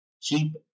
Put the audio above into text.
keep